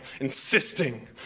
insisting